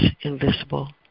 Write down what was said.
invisible